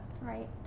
right